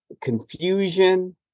confusion